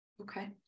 Okay